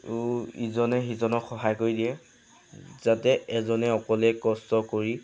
ইজনে সিজনক সহায় কৰি দিয়ে যাতে এজনে অকলে কষ্ট কৰি